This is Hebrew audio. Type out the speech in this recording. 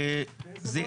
גם בדיון